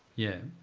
yeah.